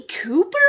Cooper